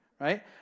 right